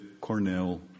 Cornell